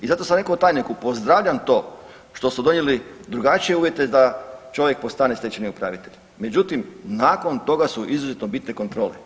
I zato sam rekao tajniku pozdravljam to što su donijeli drugačije uvjete da čovjek postane stečajni upravitelj, međutim nakon toga su izuzetno bitne kontrole.